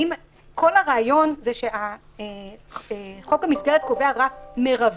כל הרעיון הוא שחוק המסגרת קובע רף מרבי.